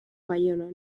baionan